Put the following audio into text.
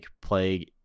play